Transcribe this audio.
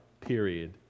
Period